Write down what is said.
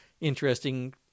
interesting